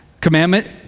commandment